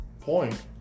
point